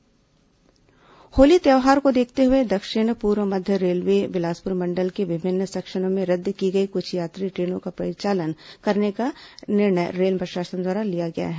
train परिचालन होली त्यौहार को देखते हुए दक्षिण पूर्व मध्य रेलवे बिलासपुर मंडल के विभिन्न सेक्शनों में रद्द की गई कुछ यात्री ट्रेनों का परिचालन करने का निर्णय रेल प्रशासन द्वारा लिया गया है